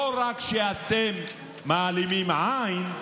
לא רק שאתם מעלימים עין,